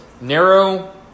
narrow